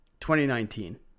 2019